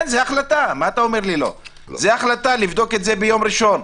זו ההחלטה, לבדוק את זה ביום ראשון.